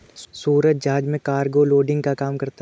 सूरज जहाज में cargo loading का काम करता है